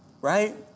Right